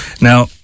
Now